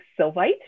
silvite